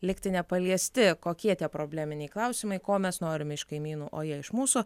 likti nepaliesti kokie tie probleminiai klausimai ko mes norime iš kaimynų o jie iš mūsų